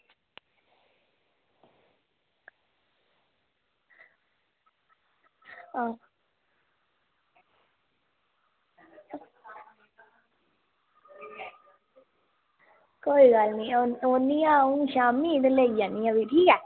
कोई गल्ल निं अं'ऊ औनी आं अं'ऊ शामीं ते लेई जन्नी आं ठीक ऐ